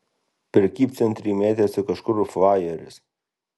prekybcentry mėtėsi kažkur flajeris